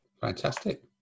fantastic